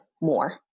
more